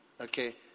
Okay